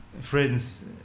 Friends